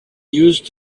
used